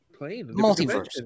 multiverse